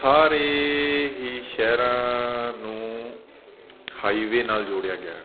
ਸਾਰੇ ਹੀ ਸ਼ਹਿਰਾਂ ਨੂੰ ਹਾਈਵੇ ਨਾਲ ਜੋੜਿਆ ਗਿਆ